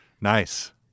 Nice